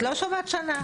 את לא שומעת שנה.